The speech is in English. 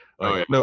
No